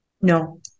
No